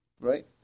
right